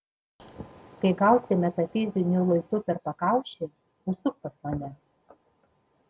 kai gausi metafiziniu luitu per pakaušį užsuk pas mane